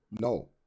no